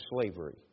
slavery